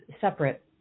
separate